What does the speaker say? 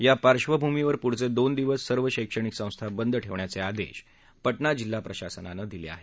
या पार्श्वभमीवर पुढचे दोन दिवस सर्व शैक्षणिक संस्था बंद ठेवण्याचे आदेश पाणा जिल्हा प्रशासनानं दिले आहेत